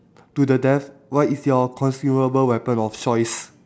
to the death what is your considerable weapon of choice